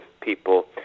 people